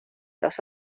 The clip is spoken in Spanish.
los